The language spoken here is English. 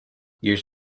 years